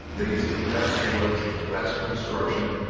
they used the best woods, the best construction.